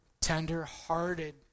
tender-hearted